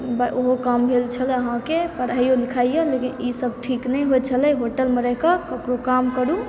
ओहो काम भेल छलय अहाँके पढ़ाइयो लिखाइयो लेकिन ईसभ ठीक नहि होइ छलै होटलमे रहिके ककरो काम करू